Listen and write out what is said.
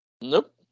Nope